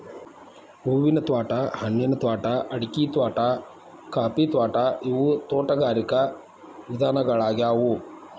ಹೂವಿನ ತ್ವಾಟಾ, ಹಣ್ಣಿನ ತ್ವಾಟಾ, ಅಡಿಕಿ ತ್ವಾಟಾ, ಕಾಫಿ ತ್ವಾಟಾ ಇವು ತೋಟಗಾರಿಕ ವಿಧಗಳ್ಯಾಗ್ಯವು